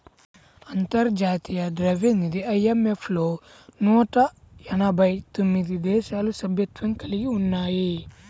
అంతర్జాతీయ ద్రవ్యనిధి ఐ.ఎం.ఎఫ్ లో నూట ఎనభై తొమ్మిది దేశాలు సభ్యత్వం కలిగి ఉన్నాయి